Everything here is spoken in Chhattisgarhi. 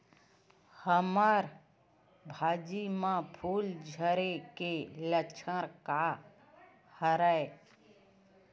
हमर भाजी म फूल झारे के लक्षण का हरय?